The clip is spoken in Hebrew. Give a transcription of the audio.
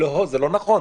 לא, זה לא נכון.